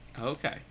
Okay